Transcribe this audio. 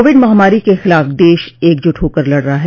Covid महामारी के खिलाफ देश एकजुट होकर लड़ रहा है